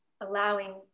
allowing